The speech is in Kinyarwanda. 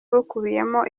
bukubiyemo